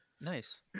Nice